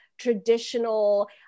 traditional